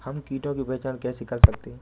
हम कीटों की पहचान कैसे कर सकते हैं?